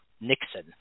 Nixon